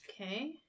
Okay